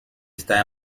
está